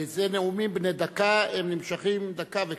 זה נאומים בני דקה, הם נמשכים דקה וקצת.